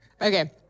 Okay